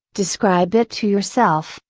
describe it to yourself,